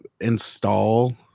install